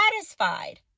satisfied